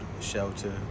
shelter